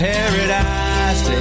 Paradise